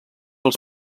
els